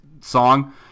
song